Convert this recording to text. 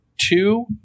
two